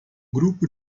grupo